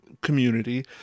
community